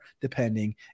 depending